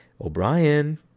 O'Brien